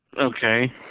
okay